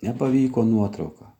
nepavyko nuotrauka